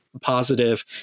positive